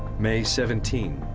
may seventeen,